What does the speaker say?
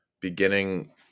beginning